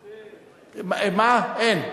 אין.